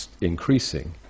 increasing